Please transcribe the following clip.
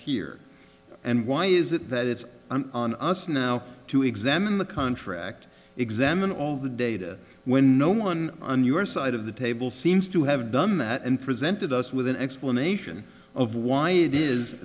here and why is it that it's on us now to examine the contract examine all the data when no one on your side of the table seems to have done that and for sent us with an explanation of why it is